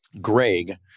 Greg